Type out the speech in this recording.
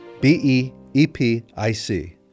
B-E-E-P-I-C